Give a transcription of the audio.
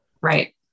Right